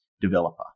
developer